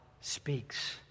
speaks